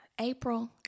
April